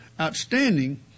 outstanding